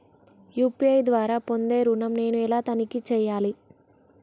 UPI ద్వారా పొందే ఋణం నేను ఎలా తనిఖీ చేయాలి?